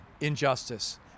injustice